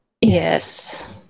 Yes